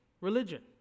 religion